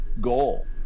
goal